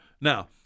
Now